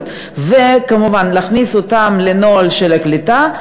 וכמובן להכניס אותם לנוהל של הקליטה.